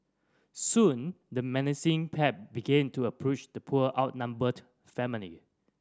soon the menacing pack began to approach the poor outnumbered family